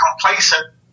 complacent